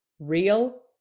Real